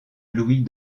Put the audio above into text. louis